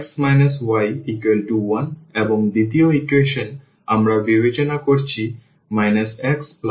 সুতরাং আমাদের এখন x y1 এবং দ্বিতীয় ইকুয়েশন আমরা বিবেচনা করছি xy2